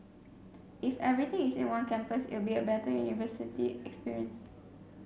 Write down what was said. if everything is in one campus it'll be a better university experience